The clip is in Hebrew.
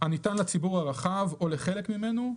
--- הניתן לציבור הרחב או לחלק ממנו.